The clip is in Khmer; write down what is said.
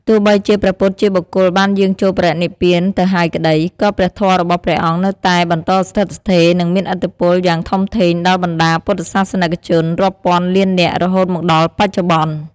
ទោះបីជាព្រះពុទ្ធជាបុគ្គលបានយាងចូលបរិនិព្វានទៅហើយក្តី ក៏ព្រះធម៌របស់ព្រះអង្គនៅតែបន្តស្ថិតស្ថេរ និងមានឥទ្ធិពលយ៉ាងធំធេងដល់បណ្ដាពុទ្ធសាសនិកជនរាប់ពាន់លាននាក់រហូតមកដល់បច្ចុប្បន្ន។